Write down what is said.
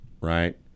right